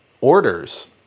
orders